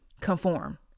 conform